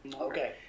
Okay